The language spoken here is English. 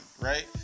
right